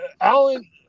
Alan